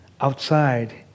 Outside